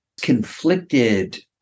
conflicted